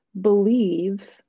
believe